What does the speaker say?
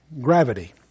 gravity